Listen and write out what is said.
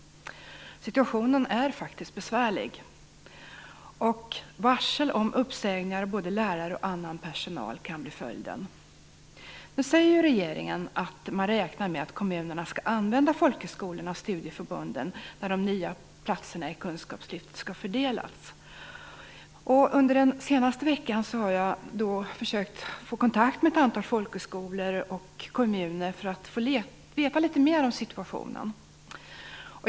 Situationen är faktiskt besvärlig. Varsel om uppsägningar av både lärare och annan personal kan bli följden. Nu säger regeringen att man räknar med att kommunerna skall använda folkhögskolorna och studieförbunden när de nya platserna i Kunskapslyftet skall fördelas. Under den senaste veckan har jag försökt få kontakt med ett antal folkhögskolor och kommuner för att få veta litet mer om situationen.